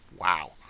Wow